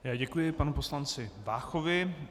Já děkuji panu poslanci Váchovi.